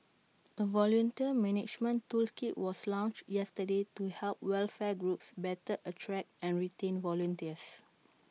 A volunteer management toolkit was launched yesterday to help welfare groups better attract and retain volunteers